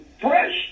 fresh